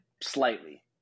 slightly